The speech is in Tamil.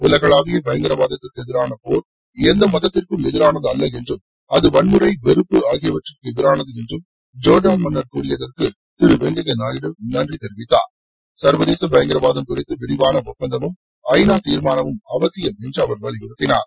உலகளாவிய பயங்கரவாதத்திற்கு எதிரான போர் எந்த மதத்துக்கும் எதிரானது அல்ல என்றும் அது வன்முறை வெறுப்பு ஆகியவற்றுக்கு எதிரானது என்றும் ஜோர்டான் மன்னர் கூறியதற்கு திர வெங்கயா நாயுடு நன்றி தெரிவித்தார் சர்வதேச பயங்கரவாதம் குறித்து விரிவான ஒப்பந்தமும் ஐ நா தீர்மானமும் அவசியம் என்று அவர் வலியுறுத்தினார்